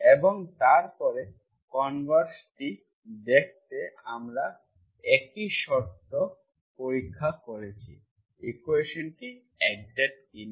এবং তারপরে কনভার্স টি দেখতে আমরা একই শর্ত পরীক্ষা করেছি ইকুয়েশন্টি এক্সাক্ট কিনা